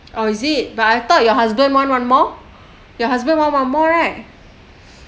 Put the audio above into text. oh is it but I thought your husband want one more your husband want one more right